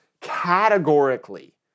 categorically